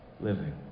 living